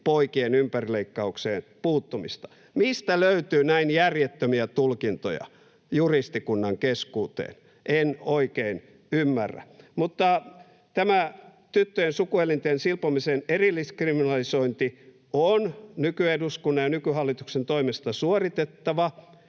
poikien ympärileikkaukseen puuttumista? Mistä löytyy näin järjettömiä tulkintoja juristikunnan keskuuteen? En oikein ymmärrä. Tämä tyttöjen sukuelinten silpomisen erilliskriminalisointi on nykyeduskunnan ja nykyhallituksen toimesta suoritettava,